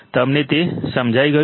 તમને તે સમજાઈ ગયું